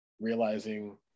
realizing